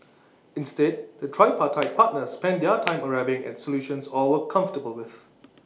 instead the tripartite partners spent their time arriving at solutions all were comfortable with